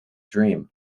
dream